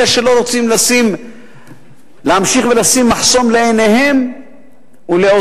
אלה שלא רוצים להמשיך ולשים מחסום לעיניהם ולאוזניהם,